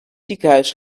ziekenhuis